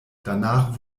danach